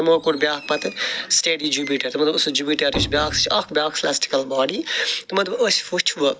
تِمو کوٚر بیٛاکھ پتہٕ سِٹیٚڈی جپیٖٹر تِمو دوٚپُکھ سُہ جِپیٖٹر یہِ چھُ بیٛاکھ سُہ چھِ اکھ بیٛاکھ سِلٮ۪سٹِکٕل باڈی تِمو دوٚپ أسۍ وٕچھوٕ